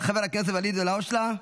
חבר הכנסת ואליד אלהואשלה,